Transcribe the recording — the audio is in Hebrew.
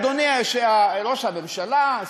אדוני ראש הממשלה,